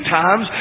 times